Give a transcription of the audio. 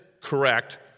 correct